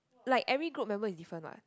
like every group member is different what